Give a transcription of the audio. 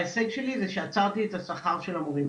ההישג שלי זה שעצרתי את השכר של המורים.